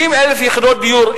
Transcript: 50,000 יחידות הדיור,